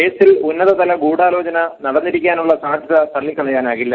കേസിൽ ഉന്നതതല ഗൂഢാലോചന നടന്നിരിക്കാനുള്ള സാധ്യത തള്ളിക്കളയാനാകില്ല